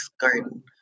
Garden